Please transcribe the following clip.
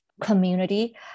community